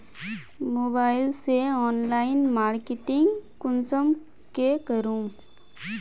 Mobile से online marketing कुंसम के करूम?